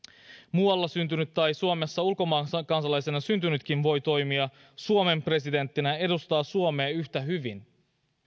muualla syntynytkin tai suomessa ulkomaan kansalaisena syntynytkin voi toimia suomen presidenttinä ja edustaa suomea yhtä hyvin